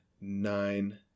nine